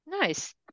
Nice